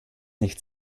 nicht